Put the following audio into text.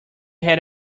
had